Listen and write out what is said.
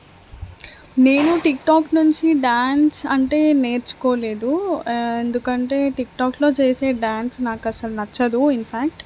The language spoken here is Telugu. నేను టిక్టాక్ నుంచి డ్యాన్స్ అంటే నేర్చుకోలేదు ఎందుకంటే టిక్టాక్లో చేసే డ్యాన్స్ నాకు అసలు నచ్చద్దు ఇన్ఫ్యాక్ట్